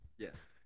Yes